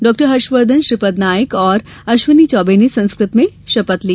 डॉ हर्षवर्धन श्रीपद नायक और अश्विनी चौबे ने संस्कृत में शपथ ली